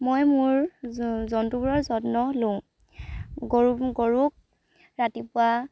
মই মোৰ জন্তুবোৰৰ যত্ন লওঁ গৰু গৰুক ৰাতিপুৱা